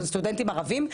סטודנטים ערבים,